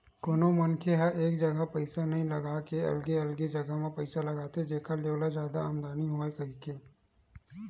कोनो मनखे ह एक जगा पइसा नइ लगा के अलगे अलगे जगा म पइसा लगाथे जेखर ले ओला जादा आमदानी होवय कहिके